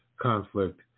conflict